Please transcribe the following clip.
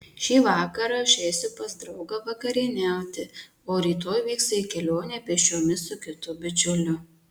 šį vakarą aš eisiu pas draugą vakarieniauti o rytoj vyksiu į kelionę pėsčiomis su kitu bičiuliu